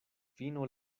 fino